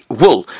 wool